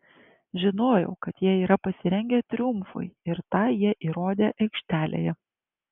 žinojau kad jie yra pasirengę triumfui ir tą jie įrodė aikštelėje